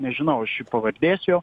nežinau aš pavardės jo